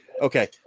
okay